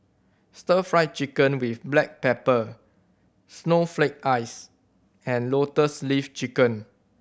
Stir Fry Chicken with black pepper snowflake ice and Lotus Leaf Chicken